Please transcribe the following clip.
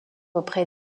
auprès